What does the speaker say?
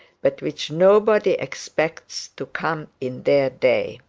but which nobody expects to come in their day.